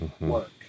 work